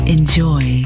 Enjoy